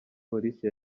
polisi